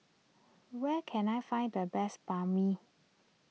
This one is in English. where can I find the best Banh Mi